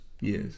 Yes